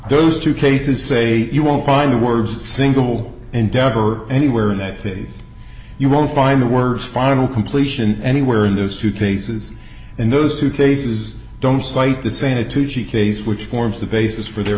those two cases say you won't find the words a single endeavor anywhere in that phase you won't find the words final completion anywhere in those two cases and those two cases don't cite the senate two g case which forms the basis for their